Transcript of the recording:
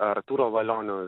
artūro valionio